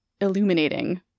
illuminating